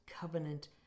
covenant